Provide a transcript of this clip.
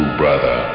brother